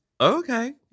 Okay